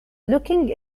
looking